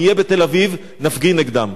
נהיה בתל-אביב, נפגין נגדם.